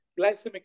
glycemic